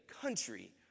country